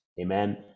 amen